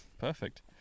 perfect